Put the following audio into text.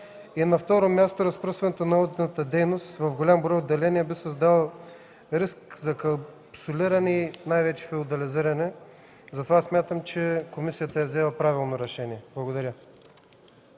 На второ място, разпръскването на одитната дейност в голям брой отделения би създало риск за капсулиране и най-вече феодализиране. Затова смятам, че комисията е взела правилното решение. Благодаря.